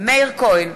מאיר כהן,